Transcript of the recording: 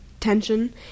Tension